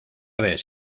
ves